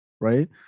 right